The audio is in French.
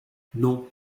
non